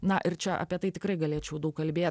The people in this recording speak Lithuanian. na ir čia apie tai tikrai galėčiau daug kalbėt